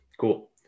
Cool